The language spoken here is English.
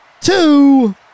two